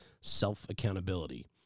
self-accountability